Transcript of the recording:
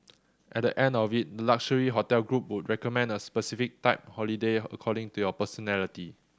at the end of it the luxury hotel group would recommend a specific type holiday according to your personality